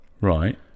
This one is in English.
Right